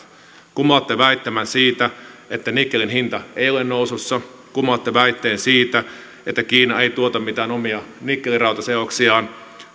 kumoatte väittämän siitä että nikkelin hinta ei ole nousussa kumoatte väitteen siitä että kiina ei tuota mitään omia nikkeli rautaseoksiaan